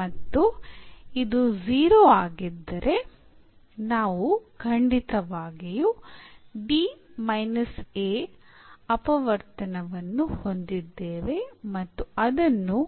ಮತ್ತು ಇದು 0 ಆಗಿದ್ದರೆ ನಾವು ಖಂಡಿತವಾಗಿಯೂ ಅಪವರ್ತನವನ್ನು ಹೊಂದಿದ್ದೇವೆ ಮತ್ತು ಅದನ್ನು